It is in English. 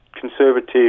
conservative